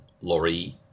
Laurie